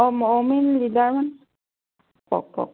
অঁ কওক কওক